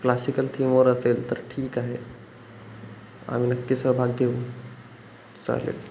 classical थीमवर असेल तर ठीक आहे आम्ही नक्की सहभाग घेऊ चालेल